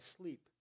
sleep